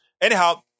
Anyhow